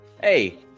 Hey